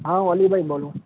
હા હું અલીભઈ બોલું